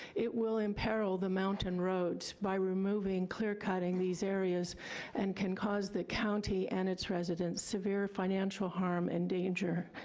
it will imperil the mountain roads by removing, clear cutting these areas and can cause the county and its residents severe financial harm and danger.